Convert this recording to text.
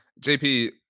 JP